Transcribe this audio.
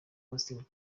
uncle